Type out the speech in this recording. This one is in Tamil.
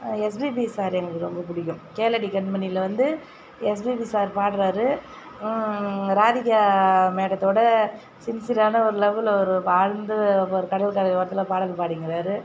எஸ்பிபி சார் எங்களுக்கு ரொம்ப பிடிக்கும் கேளடி கண்மணியில் வந்து எஸ்பிபி சார் பாடுவாரு ராதிகா மேடத்தோட சின்சியரான ஒரு லவ்வில் அவர் வாழ்ந்து ஒரு கடற்கரை ஓரத்தில் பாடல் பாடிங்குறார்